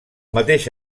mateix